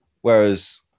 whereas